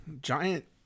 giant